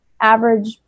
average